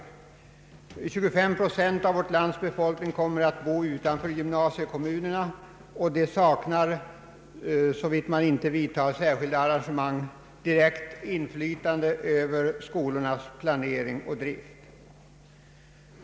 Omkring 25 procent av vårt lands befolkning kommer att bo utanför gymnasiekommunerna, och för så vitt man inte vidtar särskilda arrangemang kommer dessa 25 procent att sakna direkt inflytande över skolornas planering och drift.